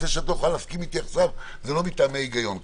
זה שאת לא יכולה להסכים איתי עכשיו זה לא מטעמי היגיון כרגע,